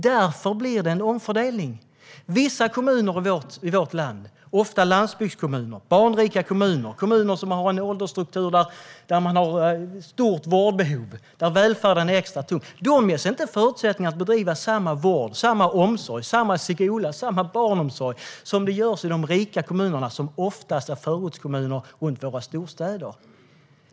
Därför blir det en omfördelning. Vissa kommuner i vårt land, ofta landsbygdskommuner, barnrika kommuner och kommuner som har en åldersstruktur som medför stort vårdbehov och att välfärden är extra tung, ges inte förutsättningar att bedriva samma vård, omsorg, skola och barnomsorg som de rika kommunerna, som ofta är förortskommuner runt våra storstäder.